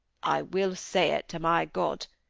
i will say it to my god,